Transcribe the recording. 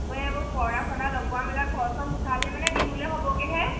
আকৌ এইবোৰ পঢা চদা লগোৱা মেলিলাক ঘৰ চৰ মোচালে মানে বিহুল হ'বগেহে